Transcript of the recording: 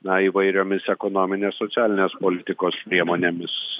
na įvairiomis ekonominės socialinės politikos priemonėmis